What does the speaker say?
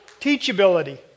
Teachability